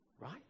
Right